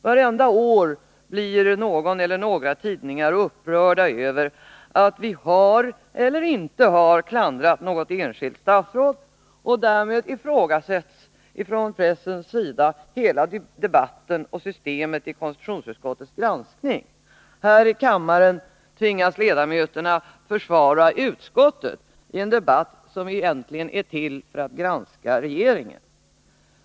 Varje år blir någon eller några tidningar upprörda över att vi har, eller inte har, klandrat något enskilt statsråd, och därmed ifrågasätts från pressens sida hela debatten och systemet i konstitutionsutskottets granskning. Här i kammaren tvingas ledamöterna att försvara utskottet i en debatt som egentligen är till för att granska regeringen.